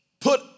put